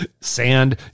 Sand